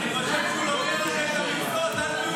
אני חושב שהוא לוקח לכם את המכסות.